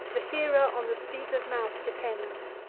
the hearer on the speaker's mouth depends,